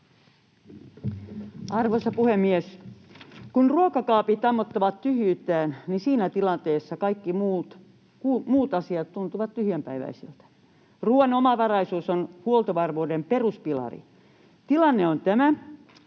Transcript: Arvoisa puhemies! Kun ruokakaapit ammottavat tyhjyyttään, niin siinä tilanteessa kaikki muut asiat tuntuvat tyhjänpäiväisiltä. Ruoan omavaraisuus on huoltovarmuuden peruspilari. Tilanne on tämä: